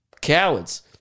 cowards